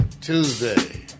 Tuesday